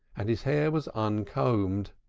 and his hair was uncombed,